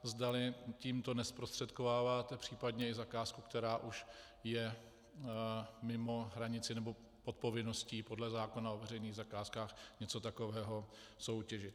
Zdali tímto nezprostředkováváte případně i zakázku, která už je mimo hranici, nebo odpovědností podle zákona o veřejných zakázkách něco takového soutěžit.